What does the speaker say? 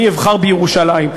אני אבחר בירושלים.